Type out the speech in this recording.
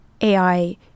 AI